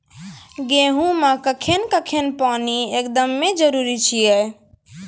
गेहूँ मे कखेन कखेन पानी एकदमें जरुरी छैय?